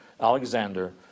Alexander